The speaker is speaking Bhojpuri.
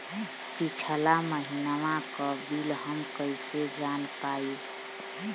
पिछला महिनवा क बिल हम कईसे जान पाइब?